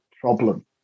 problem